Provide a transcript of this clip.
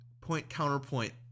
point-counterpoint